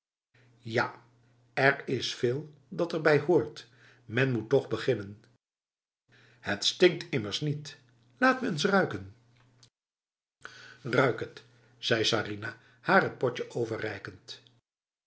ja er is veel dat erbij hoort men moet toch beginnenf het stinkt immers niet laat me eens ruiken ruik het zei sarinah haar t potje overreikend